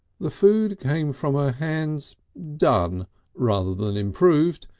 the food came from her hands done rather than improved,